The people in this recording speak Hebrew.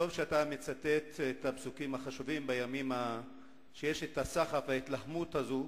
טוב שאתה מצטט את הפסוקים החשובים בימים של הסחף וההתלהמות הזאת.